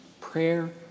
prayer